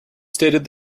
stated